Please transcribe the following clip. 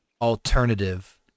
alternative